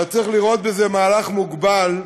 אבל צריך לראות בזה מהלך מוגבל,